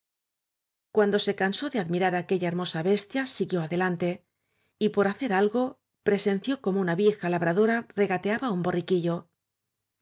cuando se cansó de admirar aquella her mosa bestia siguió adelante y por hacer algo presenció cómo una vieja labradora regateaba un